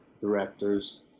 directors